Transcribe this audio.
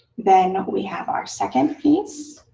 then we have our second piece.